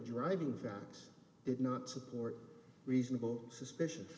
driving facts did not support reasonable suspicio